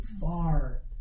far